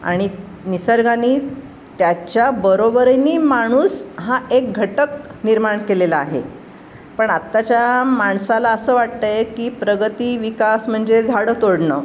आणि निसर्गाने त्याच्या बरोबरीने माणूस हा एक घटक निर्माण केलेला आहे पण आत्ताच्या माणसाला असं वाटत आहे की प्रगती विकास म्हणजे झाडं तोडणं